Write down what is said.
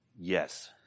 yes